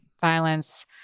Violence